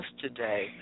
today